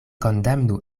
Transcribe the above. kondamnu